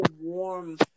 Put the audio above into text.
warm